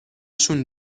شون